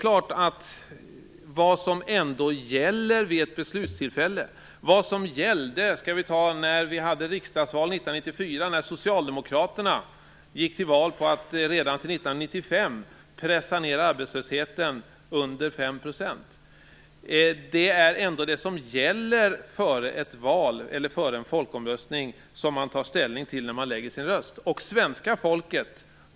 Vad som gällde exempelvis 1994, då vi hade riksdagsval, var ju att Socialdemokraterna gick till val på att redan till 1995 ha pressat ned arbetslösheten till under 5 %. Det som gäller före en folkomröstning är ändå det som man tar ställning till när man lägger sin röst.